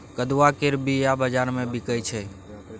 कदुआ केर बीया बजार मे बिकाइ छै